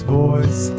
voice